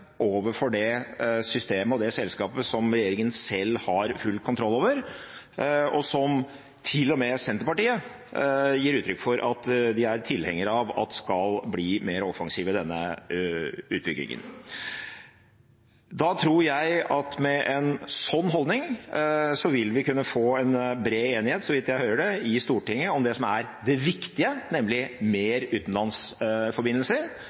overfor det systemet og det selskapet som regjeringen selv har full kontroll over, og som til og med Senterpartiet gir uttrykk for at de er tilhengere av at skal bli mer offensiv i denne utbyggingen. Da tror jeg at med en sånn holdning vil vi kunne få en bred enighet, så vidt jeg hører, i Stortinget om det som er det viktige, nemlig